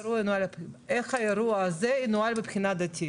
איך האירוע הזה ינוהל מבחינה דתית?